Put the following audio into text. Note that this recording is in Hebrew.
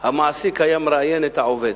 המעסיק היה מראיין את העובד.